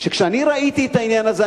שכשאני ראיתי את העניין הזה,